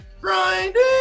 Grinding